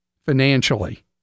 financially